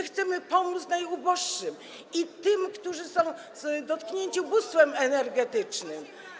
Chcemy pomóc najuboższym i tym, którzy są dotknięci ubóstwem energetycznym.